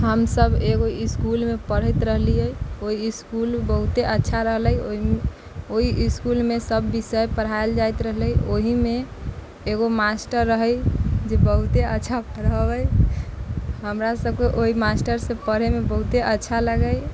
हमसब एगो इसकुलमे पढ़ैत रहलिए ओ इसकुल बहुते अच्छा रहलै ओहि ओहि इसकुलमे सब विषय पढ़ाएल जाइत रहलै ओहिमे एगो मास्टर रहै जे बहुते अच्छा पढ़ाबै हमरा सबके ओहि मास्टरसँ पढ़ैमे बहुते अच्छा लगै